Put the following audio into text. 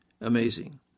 Amazing